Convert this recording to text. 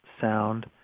sound